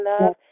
love